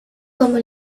como